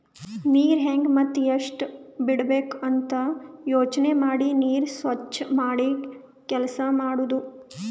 ನೀರ್ ಹೆಂಗ್ ಮತ್ತ್ ಎಷ್ಟ್ ಬಿಡಬೇಕ್ ಅಂತ ಯೋಚನೆ ಮಾಡಿ ನೀರ್ ಸ್ವಚ್ ಮಾಡಿ ಕೆಲಸ್ ಮಾಡದು